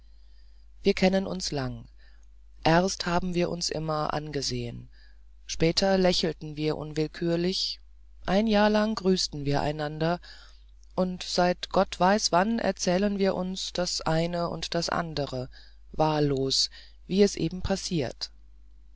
wir kennen uns lang erst haben wir uns immer angesehen später lächelten wir unwillkürlich ein jahr lang grüßten wir einander und seit gott weiß wann erzählen wir uns das eine und das andere wahllos wie es eben passiert